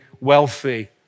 wealthy